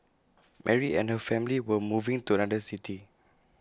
Mary and her family were moving to another city